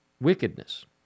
wickedness